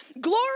glory